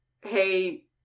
hey